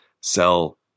sell